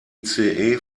ice